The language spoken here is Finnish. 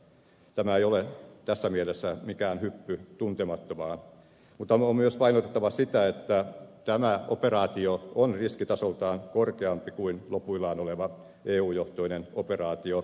tämä ei ole tässä mielessä mikään hyppy tuntemattomaan mutta on myös painotettava sitä että tämä operaatio on riskitasoltaan korkeampi kuin lopuillaan oleva eu johtoinen operaatio